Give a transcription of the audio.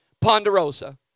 Ponderosa